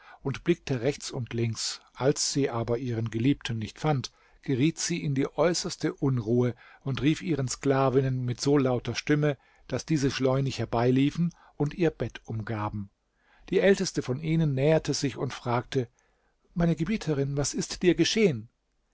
und blickte rechts und links als sie aber ihren geliebten nicht fand geriet sie in die äußerste unruhe und rief ihren sklavinnen mit so lauter stimme daß diese schleunig herbeiliefen und ihr bett umgaben die älteste von ihnen näherte sich und fragte meine gebieterin was ist dir geschehen